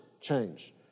change